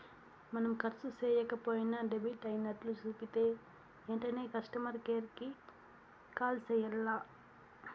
మనం కర్సు సేయక పోయినా డెబిట్ అయినట్లు సూపితే ఎంటనే కస్టమర్ కేర్ కి కాల్ సెయ్యాల్ల